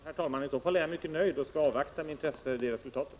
Herr talman! I så fall är jag mycket nöjd, och jag skall med intresse avvakta resultatet.